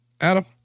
Adam